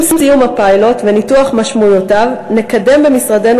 עם סיום הפיילוט וניתוח משמעויותיו נקדם במשרדנו